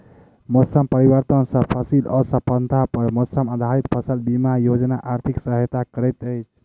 मौसम परिवर्तन सॅ फसिल असफलता पर मौसम आधारित फसल बीमा योजना आर्थिक सहायता करैत अछि